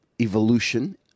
evolution